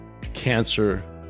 cancer